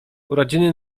urodziny